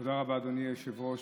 תודה רבה, אדוני היושב-ראש.